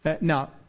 Now